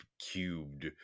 cubed